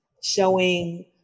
showing